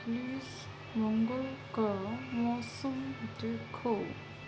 please منگل کا موسم دیکھو